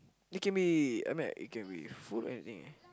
it can be I mean like it can be food anything